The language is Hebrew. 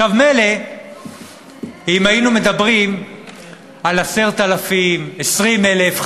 עכשיו, מילא אם היינו מדברים על 10,000, 20,000,